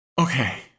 Okay